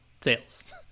sales